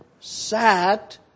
sat